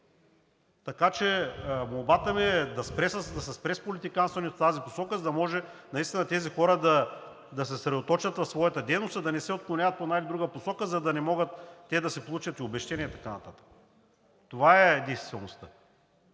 Така че молбата ми е да се спре с политиканстването в тази посока, за да може наистина тези хора да се съсредоточат в своята дейност, а да не се отклоняват в една или друга посока, за да не могат те да получат обезщетения, и така нататък.